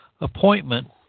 appointment